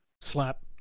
Slap